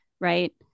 Right